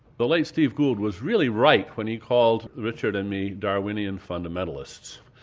the late steve gould was really right when he called richard and me darwinian fundamentalists,